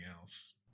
else